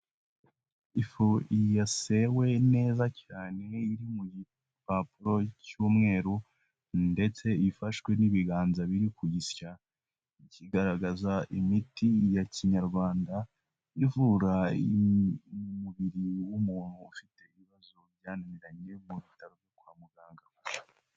Ifu yasewe neza cyane, iri mu gipapuro cy'umweru ndetse ifashwe n'ibiganza biri kuyisya. Kigaragaza imiti ya kinyarwanda ivura umubiri w'umuntu ufite ibibazo byananiranye mu bitaro byo kwa muganga.